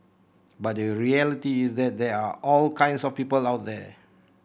but the reality is that there are all kinds of people out there